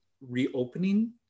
reopening